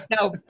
No